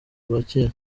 rwakira